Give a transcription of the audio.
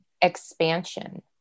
Expansion